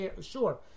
sure